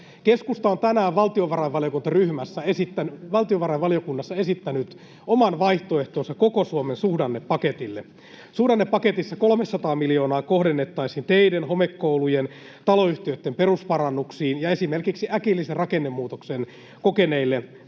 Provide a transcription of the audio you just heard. Keskusta on tänään valtiovarainvaliokunnassa esittänyt oman vaihtoehtonsa koko Suomen suhdannepaketille. Suhdannepaketissa 300 miljoonaa kohdennettaisiin teiden, homekoulujen ja taloyhtiöitten perusparannuksiin ja esimerkiksi rakennusalan vuoksi äkillisen rakennemuutoksen kokeneille